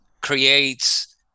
creates